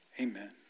amen